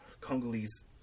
Congolese